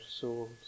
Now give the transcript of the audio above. souls